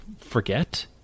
forget